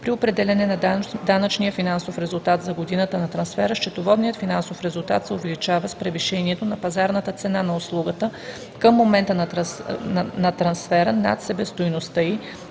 при определяне на данъчния финансов резултат за годината на трансфера счетоводният финансов резултат се увеличава с превишението на пазарната цена на услугата към момента на трансфера над себестойността